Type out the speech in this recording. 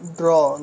draw